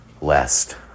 Lest